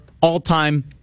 all-time